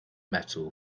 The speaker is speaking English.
metal